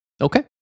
Okay